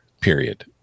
Period